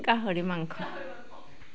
গাহৰি মাংস